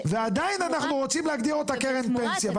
ועדיין אנחנו רוצים להגדיר אותה קרן פנסיה.